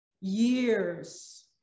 years